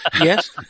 Yes